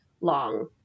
long